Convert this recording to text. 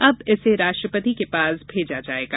अब इसे राष्ट्रपति के पास भेजा जाएगा